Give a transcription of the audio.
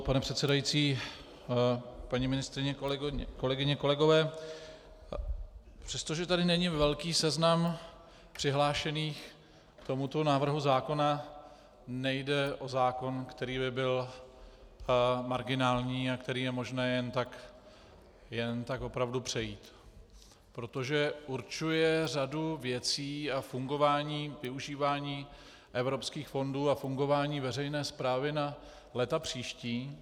Pane předsedající, paní ministryně, kolegyně, kolegové, přestože tady není velký seznam přihlášených k tomuto návrhu zákona, nejde o zákon, který by byl marginální a který je možné jen tak opravdu přejít, protože určuje řadu věcí a fungování, využívání evropských fondů a fungování veřejné správy na léta příští.